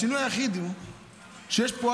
השינוי היחיד הוא שיש פה,